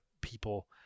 people